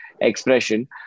expression